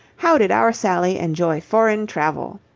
how did our sally enjoy foreign travel?